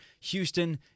Houston